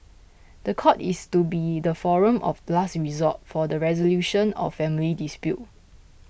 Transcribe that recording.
the court is to be the forum of last resort for the resolution of family dispute